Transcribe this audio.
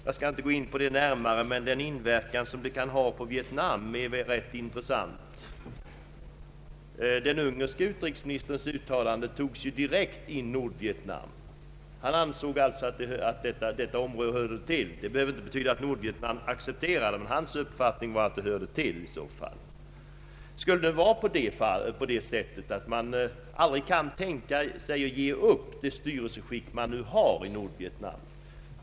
Jag skall inte gå in på detta närmare, men den inverkan det kan ha på Vietnam är intressant. Den ungerske utrikesministerns uttalande syftade direkt på Nordvietnam. Han ansåg alltså att detta område ingår i Brezjnevdoktrinen. Det behöver dock inte betyda att Nordvietnam accepterar detta. Skulle det vara så, att man aldrig kan tänka sig att ge upp det styrelseskick man har i Nordvietnam?